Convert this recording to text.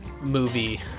movie